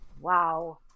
Wow